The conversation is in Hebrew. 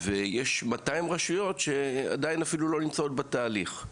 ויש 200 רשויות שאפילו לא נמצאות בתהליך עדיין.